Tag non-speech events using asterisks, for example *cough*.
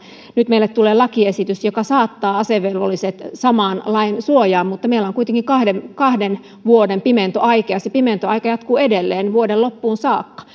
nyt meille tulee lakiesitys joka saattaa asevelvolliset samaan lain suojaan mutta meillä on kuitenkin kahden kahden vuoden pimentoaika ja se pimentoaika jatkuu edelleen vuoden loppuun saakka *unintelligible*